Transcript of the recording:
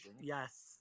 yes